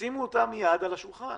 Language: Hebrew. שימו אותן מיד על השולחן.